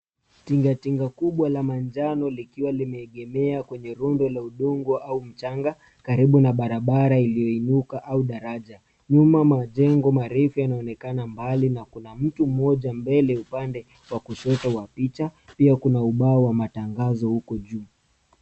Tingatinga kubwa la manjano likiwa limeegemea kwenye rundo la udongo au mchanga karibu na barabara iliyoinuka au daraja. Nyuma, majengo marefu yanaonekana mbali na kuna mtu mmoja mbele upande wa kushoto wa picha. Pia kuna ubao wa matangazo uko juu.